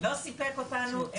לא סיפק אותנו,